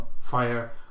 fire